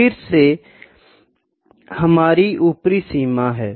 यह फिर से हमारी ऊपरी सीमा है